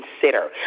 consider